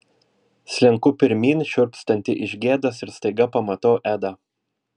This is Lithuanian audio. slenku pirmyn šiurpstanti iš gėdos ir staiga pamatau edą